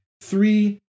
three